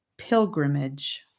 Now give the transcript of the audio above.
pilgrimage